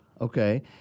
Okay